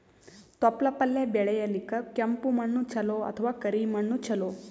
ತೊಪ್ಲಪಲ್ಯ ಬೆಳೆಯಲಿಕ ಕೆಂಪು ಮಣ್ಣು ಚಲೋ ಅಥವ ಕರಿ ಮಣ್ಣು ಚಲೋ?